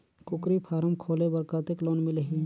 कूकरी फारम खोले बर कतेक लोन मिलही?